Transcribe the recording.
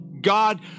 God